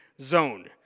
zone